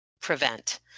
prevent